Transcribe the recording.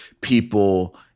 people